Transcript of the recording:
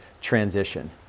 transition